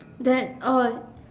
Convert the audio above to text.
then oh